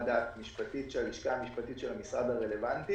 דעת משפטית של הלשכה המשפטית של המשרד הרלוונטי.